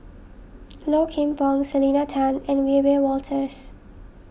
Low Kim Pong Selena Tan and Wiebe Wolters